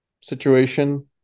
situation